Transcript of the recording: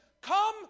Come